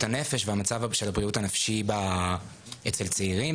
הנפש והמצב של בריאות הנפש אצל צעירים.